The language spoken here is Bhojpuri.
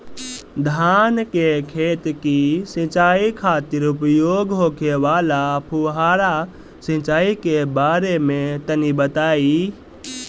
धान के खेत की सिंचाई खातिर उपयोग होखे वाला फुहारा सिंचाई के बारे में तनि बताई?